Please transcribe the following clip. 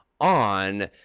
on